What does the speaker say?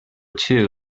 two